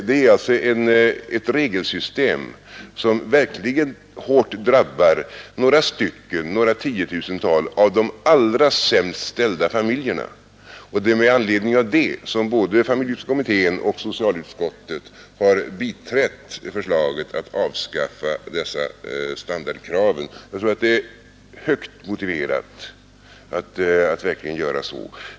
Det är alltså ett regelsystem som verkligen hårt drabbar några tiotusental av de allra sämst ställda familjerna. Det är med anledning av det som både familjepolitiska kommittén och socialutskottet har biträtt förslaget att avskaffa dessa standardkrav. Jag tror att det är högst motiverat att verkligen göra så.